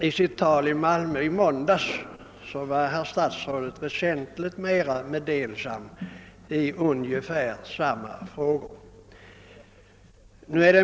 I sitt tal i Malmö i måndags var statsrådet däremot väsentligt mera meddelsam i ungefär samma frågor.